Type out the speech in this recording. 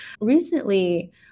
recently